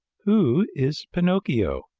who is pinocchio?